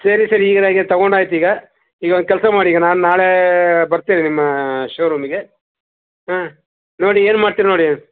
ಸರಿ ಸರಿ ಈಗ ನಾನು ತೊಗೊಂಡು ಆಯ್ತು ಈಗ ಈಗ ಒಂದು ಕೆಲಸ ಮಾಡಿ ಈಗ ನಾನು ನಾಳೆ ಬರ್ತೇನೆ ನಿಮ್ಮ ಶೋರೂಮಿಗೆ ಹಾಂ ನೋಡಿ ಏನು ಮಾಡ್ತಿರಾ ನೋಡಿ ನೀವು